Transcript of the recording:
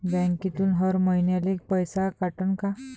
बँकेतून हर महिन्याले पैसा कटन का?